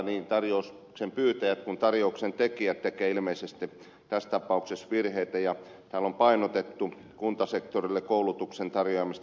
niin tarjouksen pyytäjät kuin tarjouksen tekijät tekevät ilmeisesti tässä tapauksessa virheitä ja täällä on painotettu kuntasektorille koulutuksen tarjoamista